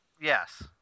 Yes